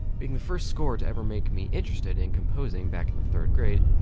being the first score to ever make me interested in composing back in the third grade,